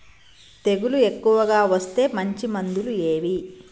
తెగులు ఎక్కువగా వస్తే మంచి మందులు ఏవి?